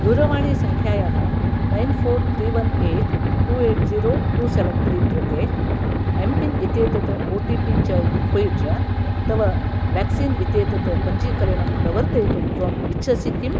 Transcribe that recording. दूरवाणीसङ्ख्यायाः nine four three one eight two eight zero two seven three कृते MPIN इत्येतत् O T P च उपयुज्य तव वेक्सीन् इत्येतत् पञ्जीकरणं प्रवर्तयितुं त्वम् इच्छसि किम्